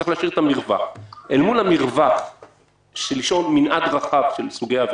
צריך להשאיר את המרווח, מנעד רחב של סוגי עבירות,